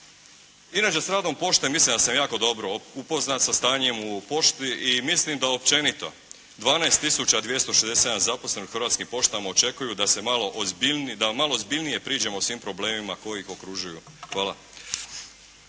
Inače, s radom pošte mislim da sam jako dobro upoznat sa stanjem u pošti i mislim da općenito 12 tisuća 267 zaposlenih u Hrvatskim poštama očekuju da malo ozbiljnije priđemo svim problemima koji ih okružuju. Hvala.